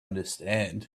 understand